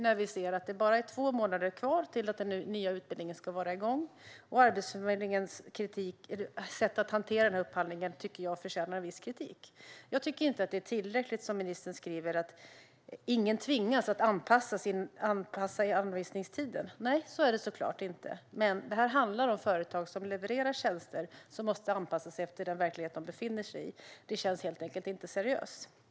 När det nu bara är två månader kvar tills den nya utbildningen ska vara igång tycker jag att Arbetsförmedlingens sätt att hantera denna upphandling förtjänar viss kritik. Jag tycker inte att det är tillräckligt att ingen tvingas att anpassa anvisningstiden, som ministern säger - nej, såklart inte. Men detta handlar om företag som levererar tjänster och som måste anpassa sig efter den verklighet de befinner sig i. Det känns helt enkelt inte seriöst.